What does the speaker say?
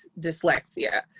dyslexia